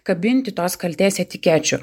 kabinti tos kaltės etikečių